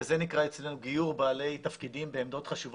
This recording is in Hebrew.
זה נקרא אצלנו גיור בעלי תפקידים בעמדות חשובות.